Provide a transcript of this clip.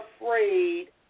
afraid